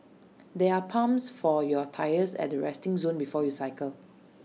there are pumps for your tyres at the resting zone before you cycle